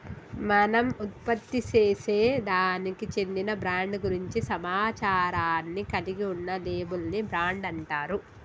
మనం ఉత్పత్తిసేసే దానికి చెందిన బ్రాండ్ గురించి సమాచారాన్ని కలిగి ఉన్న లేబుల్ ని బ్రాండ్ అంటారు